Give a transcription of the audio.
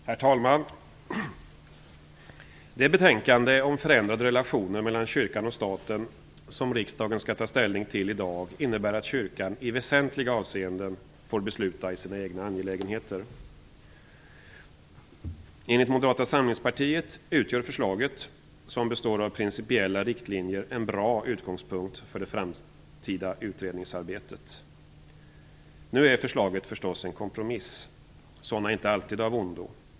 Herr talman! Det betänkande om förändrade relationer mellan kyrkan och staten som riksdagen skall ta ställning till i dag innebär att kyrkan i väsentliga avseenden får besluta i sina egna angelägenheter. Enligt Moderata samlingspartiet utgör förslaget, som består av principiella riktlinjer, en bra utgångspunkt för det framtida utredningsarbetet. Förslaget är förstås en kompromiss, och sådana är inte alltid av ondo.